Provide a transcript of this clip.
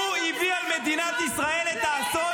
הוא הביא על מדינת ישראל את האסון